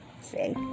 See